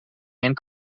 and